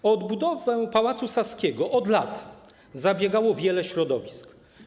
O odbudowę Pałacu Saskiego od lat zabiegało wiele środowisk.